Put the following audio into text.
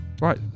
Right